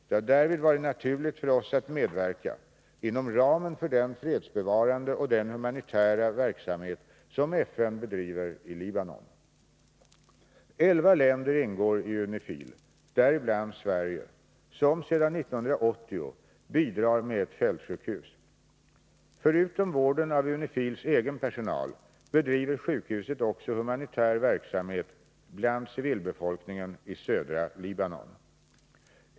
Det har därvid varit naturligt för oss att medverka inom ramen för den fredsbevarande och den humanitära verksamhet som FN bedriver i Libanon. Elva länder ingår i UNIFIL, däribland Sverige, som sedan 1980 bidrar med ett fältsjukhus. Förutom vården av UNIFIL:s egen personal bedriver sjukhuset också humanitär verksamhet bland civilbefolkningen i södra Libanon.